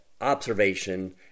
observation